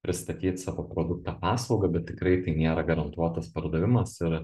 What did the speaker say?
pristatyt savo produktą paslaugą bet tikrai tai nėra garantuotas pardavimas ir